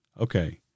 okay